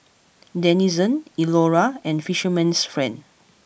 Denizen Iora and Fisherman's friend